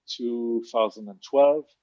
2012